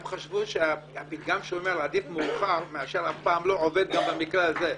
הם חשבו שהפתגם שאומר "עדיף מאוחר מאשר אף פעם לא" עובד גם במקרה הזה.